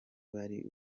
bari